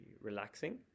relaxing